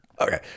Okay